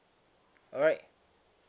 alright